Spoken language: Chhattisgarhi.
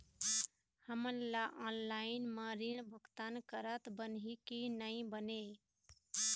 हमन ला ऑनलाइन म ऋण भुगतान करत बनही की नई बने?